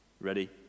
Ready